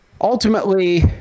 Ultimately